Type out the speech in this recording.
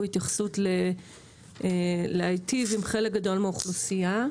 התייחסות להיטיב עם חלק גדול מהאוכלוסייה.